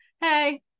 hey